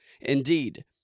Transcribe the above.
Indeed